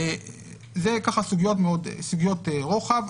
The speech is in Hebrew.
אלה סוגיות רוחב.